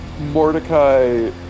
Mordecai